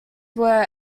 were